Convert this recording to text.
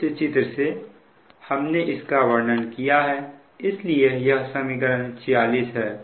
इस चित्र से हमने इसका वर्णन किया है इसलिए यह समीकरण 46 है